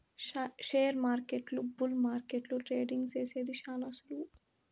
షేర్మార్కెట్ల బుల్ మార్కెట్ల ట్రేడింగ్ సేసేది శాన సులువు